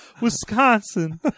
Wisconsin